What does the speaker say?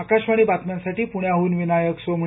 आकाशवाणी बातम्यांसाठी प्ण्याहून विनायक सोमणी